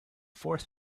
fourth